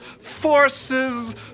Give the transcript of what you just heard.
forces